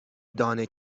دانه